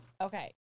Okay